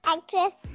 Actress